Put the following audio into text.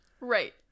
Right